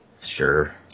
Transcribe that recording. Sure